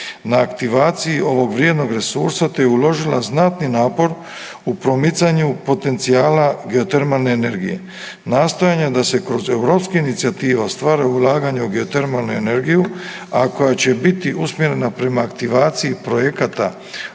na aktivaciji ovog vrijednog resurstva, te je uložila znatni napor u promicanju potencijala geotermalne energije. Nastojanja da se kroz europske inicijative ostvare ulaganja u geotermalnu energiju, a koja će biti usmjerena prema aktivaciji projekata